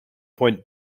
point